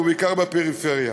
ובעיקר בפריפריה.